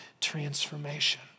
transformation